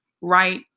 right